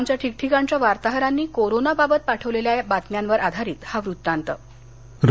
आमच्या ठिकठिकाणच्या वार्ताहरांनी कोरोनाबाबत पाठविलेल्या बातम्यांवर आधारित वृत्तांत आता ऐकया